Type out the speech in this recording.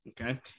Okay